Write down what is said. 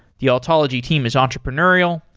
the altology team is entrepreneurial.